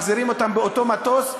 באותו מטוס,